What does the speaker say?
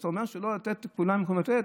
אז אתה אומר שלא כולם יכולים לתת?